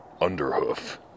underhoof